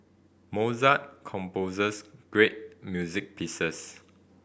Mozart composes great music pieces